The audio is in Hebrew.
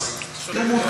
אז, תהיו מעודכנים.